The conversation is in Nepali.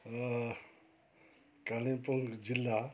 कालिम्पोङ जिल्ला